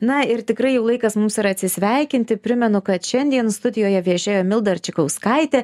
na ir tikrai laikas mums yra atsisveikinti primenu kad šiandien studijoje viešėjo milda arčikauskaitė